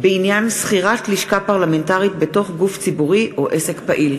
בעניין שכירת לשכה פרלמנטרית בתוך גוף ציבורי או עסק פעיל.